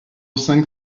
cinq